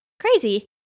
crazy